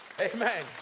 Amen